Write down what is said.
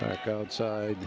back outside